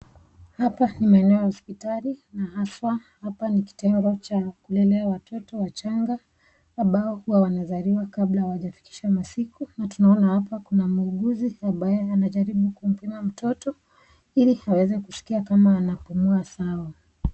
Hapa ni maeneo ya hospitali na haswa hapa ni kitengo cha kulelea watoto wachanga ambao huwa wanazaliwa kabwa hawajafikisha masiku na tunaona hapa kuna mwuguzi ambaye anajaribu kumpima mtoto ili aweze kusikia kama anaweza kupumua sawa.